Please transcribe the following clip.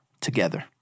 together